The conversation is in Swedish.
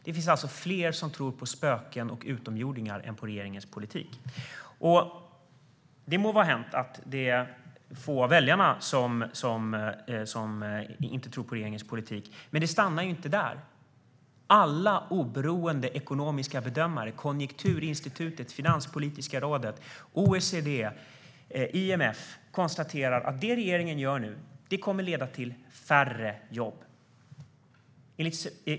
Det är alltså fler som tror på spöken och utomjordingar än på regeringens politik. Det må vara hänt att det är få av väljarna som inte tror på regeringens politik. Men det stannar inte där. Alla oberoende ekonomiska bedömare - Konjunkturinstitutet, Finanspolitiska rådet, OECD, IMF - konstaterar att det som regeringen nu gör kommer att leda till färre jobb.